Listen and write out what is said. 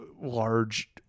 large